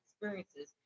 experiences